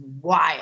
wild